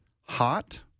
hot